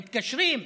מתקשרים,